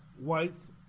whites